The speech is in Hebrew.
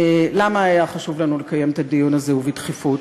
למה היה חשוב לנו לקיים את הדיון הזה ובדחיפות?